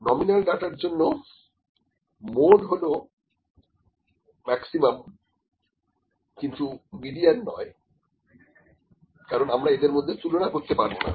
nominal ডাটার জন্য mode হল ম্যাক্সিমাম কিন্তু মিডিয়ান নয় কারণ আমরা এদের মধ্যে তুলনা করতে পারবো না